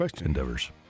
endeavors